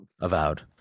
Avowed